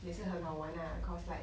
也是很好玩 lah cause like